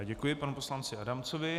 Děkuji panu poslanci Adamcovi.